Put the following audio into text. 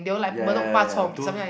ya ya ya ya those